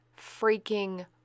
freaking